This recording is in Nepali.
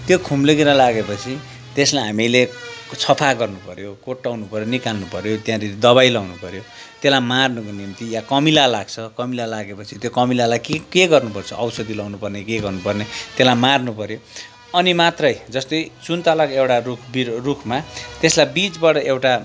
त्यो खुम्लेकिरा लागेपछि त्यसलाई हामीले सफा गर्नुपऱ्यो कोट्ट्याउनुपऱ्यो निकाल्नुपऱ्यो त्यहाँदेखि दबाई लगाउनु पऱ्यो त्यसलाई मार्नुको निम्ति या कमिला लाग्छ कमिला लागेपछि त्यो कमिलालाई के के गर्नुपर्छ औषधी लगाउनुपर्ने के गर्नुपर्ने त्यसलाई मार्नु पऱ्यो अनि मात्रै जस्तै सुन्तलाको एउटा रुख बिरुवा रुखमा त्यसलाई बिचबाट एउटा